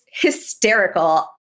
hysterical